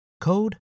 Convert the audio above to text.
code